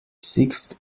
sixth